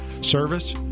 Service